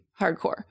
hardcore